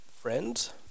friends